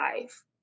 life